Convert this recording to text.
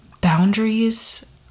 boundaries